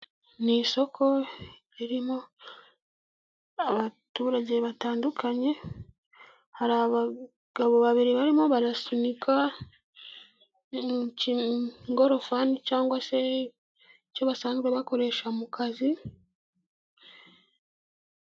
Ni isoko ririmo abaturage batandukanye. Hari abagabo babiri barimo barasunika ingorofani, cyangwa se icyo basanzwe bakoresha mu kazi...